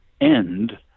end